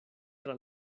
tra